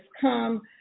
come